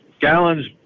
gallons